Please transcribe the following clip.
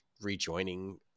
rejoining